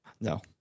No